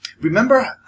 Remember